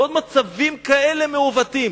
ועוד מצבים כאלה מעוותים.